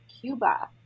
Cuba